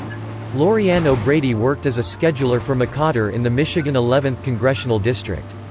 lorianne o'brady worked as a scheduler for mccotter in the michigan eleventh congressional district.